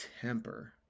temper